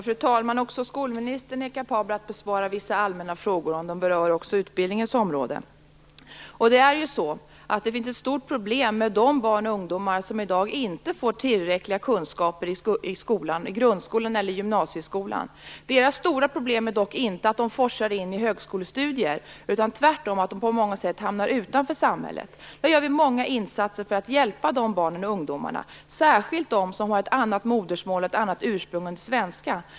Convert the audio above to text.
Fru talman! Också skolministern är kapabel att besvara vissa allmänna frågor om de även berör utbildningens område. Det finns ett stort problem med de barn och ungdomar som i dag inte får tillräckliga kunskaper i grundskolan eller gymnasieskolan. Deras stora problem är dock inte att de forsar in i högskolestudier. Tvärtom hamnar de ofta på många sätt utanför samhället. Vi gör många insatser för att hjälpa de barnen och ungdomarna, särskilt de som har ett annat modersmål än svenska och ett annat ursprung.